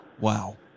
Wow